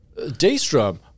Daystrom